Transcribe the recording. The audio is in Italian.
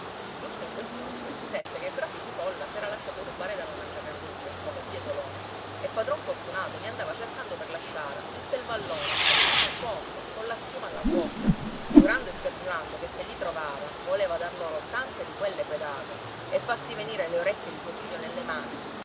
giusto in quel punto si seppe che brasi cipolla s'era lasciato rubare dalla mangiacarrubbe come un bietolone e padron fortunato li andava cercando per la sciara e pel vallone e sotto il ponte colla schiuma alla bocca giurando e spergiurando che se li trovava voleva dar loro tante di quelle pedate e farsi venire le orecchie di suo figlio nelle mani